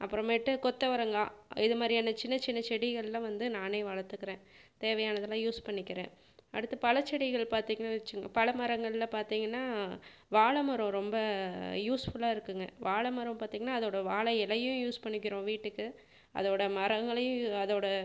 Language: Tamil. அப்புறமேட்டு கொத்தவரங்காய் இதுமாதிரியான சின்ன சின்ன செடிகளெலாம் வந்து நானே வளர்த்துக்குறேன் தேவையானதெல்லாம் யூஸ் பண்ணிக்கிறேன் அடுத்து பலச்செடிகள் பார்த்திங்கன்னு வச்சுங்க பல மரங்கள்ல பாத்திங்கன்னா வாழைமரம் ரொம்ப யூஸ்ஃபுல்லா இருக்குங்க வாழைமரம் பார்த்திங்கன்னா அதோடய வாழை இலையும் யூஸ் பண்ணிக்கிறோம் வீட்டுக்கு அதோடய மரங்களையும் அதோடய